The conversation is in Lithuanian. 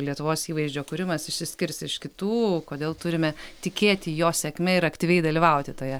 lietuvos įvaizdžio kūrimas išsiskirs iš kitų kodėl turime tikėti jo sėkme ir aktyviai dalyvauti toje